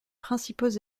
principaux